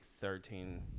thirteen